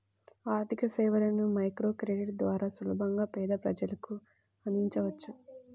ఆర్థికసేవలను మైక్రోక్రెడిట్ ద్వారా సులభంగా పేద ప్రజలకు అందించవచ్చు